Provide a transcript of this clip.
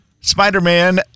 Spider-Man